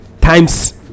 times